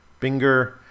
Binger